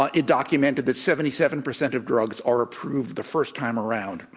ah it documented that seventy seven percent of drugs are approved the first time around,